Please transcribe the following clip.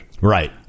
Right